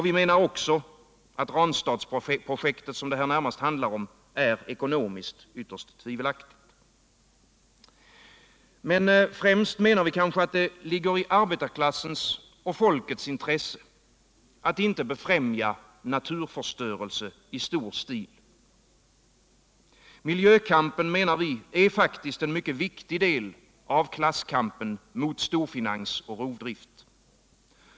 Vi menar också att Ranstadprojektet, som det här närmast handlar om, är ekonomiskt ytterst tvivelaktigt. Men främst menar vi kanske att det ligger i arbetarklassens och folkets intresse att inte befrämja naturförstörelse i stor stil. Miljökampen, menar vi, är faktiskt en mycket viktig del av klasskampen mot storfinans och rovdrift.